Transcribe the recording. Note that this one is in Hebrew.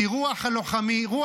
כי רוח העם,